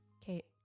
Kate